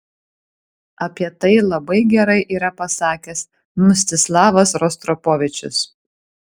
apie tai labai gerai yra pasakęs mstislavas rostropovičius